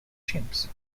chimps